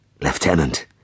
Lieutenant